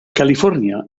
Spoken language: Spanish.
california